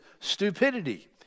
stupidity